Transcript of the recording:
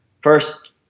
First